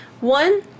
one